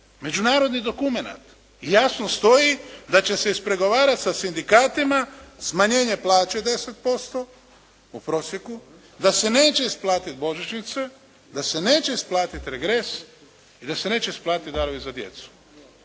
međunarodni dokumenat jasno stoji da će se ispregovarati sa sindikatima smanjenje plaće 10%, u prosjeku, da se neće isplatiti božićnice, da se neće isplatiti regres i da se neće isplatiti darovi za djecu.